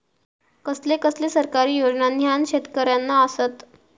कसले कसले सरकारी योजना न्हान शेतकऱ्यांना आसत?